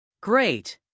Great